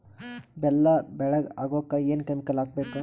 ಬೆಲ್ಲ ಬೆಳಗ ಆಗೋಕ ಏನ್ ಕೆಮಿಕಲ್ ಹಾಕ್ಬೇಕು?